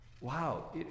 wow